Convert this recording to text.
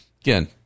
again